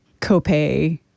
copay